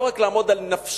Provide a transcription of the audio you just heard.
לא רק לעמוד על נפשה,